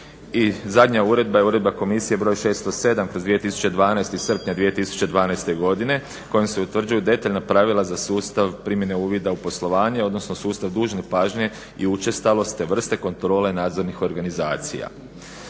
zadnja uredba je Uredba komisije br. 607/2012 iz srpnja 2012.godine kojom se utvrđuju detaljna pravila za sustav primjene uvida u poslovanje odnosno sustav dužne pažnje i učestalost te vrste kontrole nadzornih organizacija.